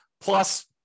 plus